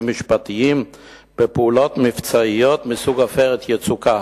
משפטיים בפעולות מבצעיות מסוג "עופרת יצוקה",